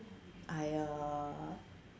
I uh